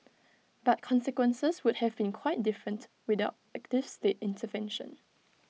but consequences would have been quite different without active state intervention